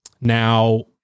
now